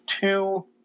two